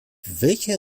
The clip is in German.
welcher